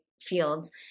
Fields